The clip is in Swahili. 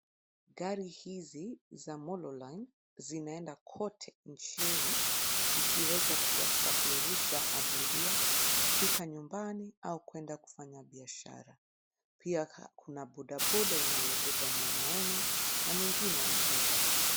Gari hizi za Mololine, zinaenda kote nchini, zikiweza kuwasafirisha abiria, kufika nyumbani au kwenda kufanya biashara. Pia kuna bodaboda inayobeba mwanaume, na mwingine amevaa barakoa.